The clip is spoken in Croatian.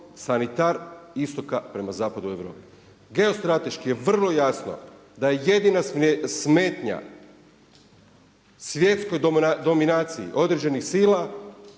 sanitar istoka prema zapadu Europe. Geostrateški je vrlo jasno da je jedina smetnja svjetskoj dominaciji određenih sila